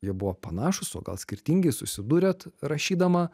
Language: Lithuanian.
jie buvo panašūs o gal skirtingi susidūrėt rašydama